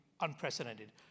Unprecedented